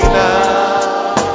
now